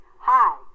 Hi